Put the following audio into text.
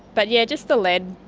but yeah just the lead.